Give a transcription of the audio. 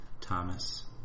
Thomas